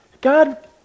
God